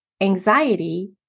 anxiety